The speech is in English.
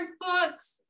books